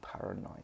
paranoid